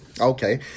Okay